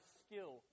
skill